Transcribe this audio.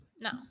No